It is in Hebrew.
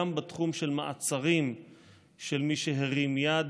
גם בתחום של מעצרים של מי שהרים יד,